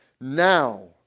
Now